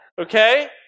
Okay